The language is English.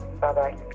bye-bye